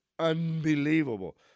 Unbelievable